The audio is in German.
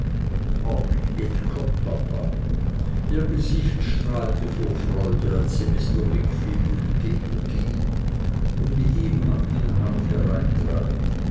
jetzt kommt papa ihr gesicht strahlte vor freude als sie mr wickfield entgegenging und mit ihm hand in hand hereintrat